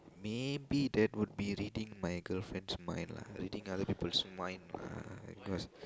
maybe that would be reading my girlfriend's mind lah reading other people's mind lah because